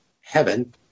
heaven